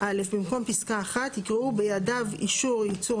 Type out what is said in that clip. - במקום פסקה (1) יקראו: "(1) בידיו אישור ייצור